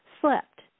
slept